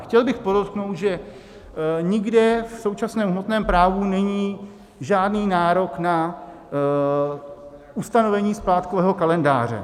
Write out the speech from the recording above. Chtěl bych podotknout, že nikde v současném hmotném právu není žádný nárok na ustanovení splátkového kalendáře.